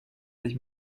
sich